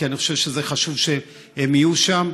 כי אני חושב שזה חשוב שהם יהיו שם.